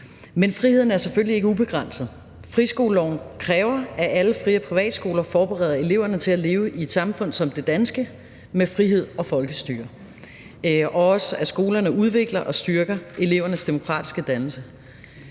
Men friheden er selvfølgelig ikke ubegrænset. Friskoleloven kræver, at alle fri- og privatskoler forbereder eleverne til at leve i et samfund som det danske med frihed og folkestyre, og også at skolerne udvikler og styrker elevernes demokratiske dannelse.